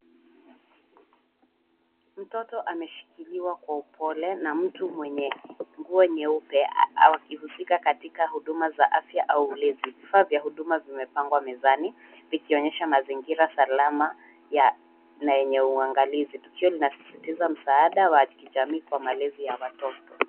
Mtoto ameshikiliwa kwa upole na mtu mwenye nguo nyeupe akihusika katika huduma za afya au ulezi. Vifaa vya huduma vimepangwa mezani vikionyesha mazingira salama na yenye uangalizi. Tukio linasisitiza msaada wa kijamii kwa malezi ya watoto.